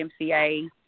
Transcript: MCA